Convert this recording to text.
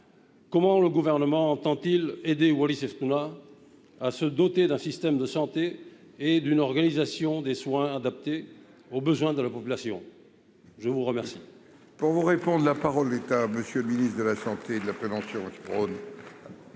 comment le Gouvernement entend-il aider Wallis-et-Futuna à se doter d'un système de santé et d'une organisation des soins adaptée aux besoins de la population ? La parole